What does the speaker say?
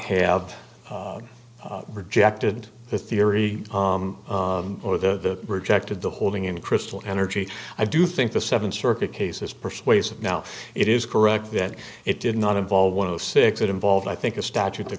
have rejected the theory or the rejected the holding in crystal energy i do think the seventh circuit case is persuasive now it is correct that it did not involve one of the six it involved i think a statute that